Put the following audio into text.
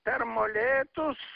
per molėtus